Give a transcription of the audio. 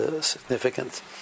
significant